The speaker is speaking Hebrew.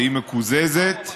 שהיא מקוזזת.